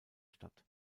statt